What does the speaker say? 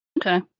Okay